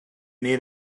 need